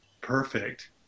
perfect